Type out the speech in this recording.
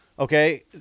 Okay